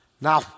Now